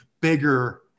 bigger